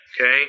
okay